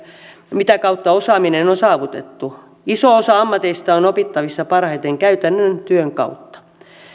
mitä kautta osaaminen on saavutettu iso osa ammateista on opittavissa parhaiten käytännön työn kautta